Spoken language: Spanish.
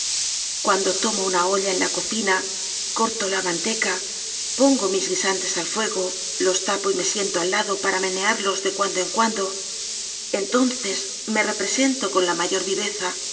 cuando tomo una olla en la cocina corto la manteca pongo mis guisantes al fuego los tapo y me siento al lado para menearlos de cuando en cuando entonces me represento con la mayor viveza